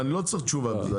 אני לא צריך תשובה לזה,